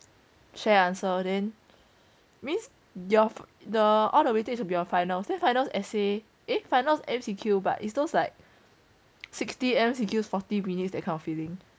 share answer then means all the weightage be a final final essay a final then finals M_C_Q but is those like sixty M_C_Q forty minutes that kind of feeling